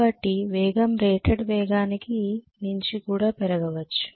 కాబట్టి వేగం రేటెడ్ వేగానికి మించి కూడా పెరగవచ్చు